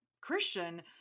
Christian